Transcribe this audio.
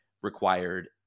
required